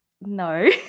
No